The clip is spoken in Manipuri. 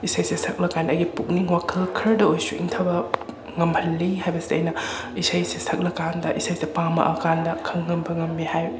ꯏꯁꯩꯁꯦ ꯁꯛꯂꯀꯥꯟꯗ ꯑꯩꯒꯤ ꯄꯨꯛꯅꯤꯡ ꯋꯥꯈꯜ ꯈꯔꯗ ꯑꯣꯏꯔꯁꯨ ꯏꯪꯊꯕ ꯉꯝꯍꯜꯂꯤ ꯍꯥꯏꯕꯁꯦ ꯑꯩꯅ ꯏꯁꯩꯁꯦ ꯁꯛꯂ ꯀꯥꯟꯗ ꯏꯁꯩꯁꯦ ꯄꯥꯝꯃꯛꯑ ꯀꯥꯟꯗ ꯈꯪꯕ ꯉꯝꯃꯦ ꯍꯥꯏ